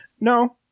No